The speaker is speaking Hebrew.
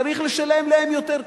צריך לשלם להם יותר,